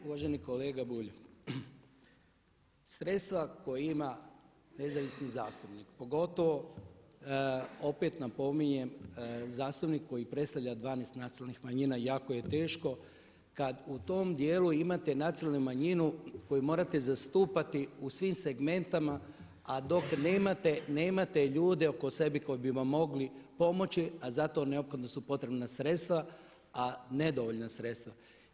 Uvaženi kolega Bulj, sredstva koja ima nezavisni zastupnik pogotovo opet napominjem, zastupnik koji predstavlja 12 nacionalnih manjina jako je teško kada u tom dijelu imate nacionalnu manjinu koju morate zastupati u svim segmentima, a dok nemate ljude oko sebe koji bi vam mogli pomoći, a zato su neophodna sredstva, a nedovoljna sredstva.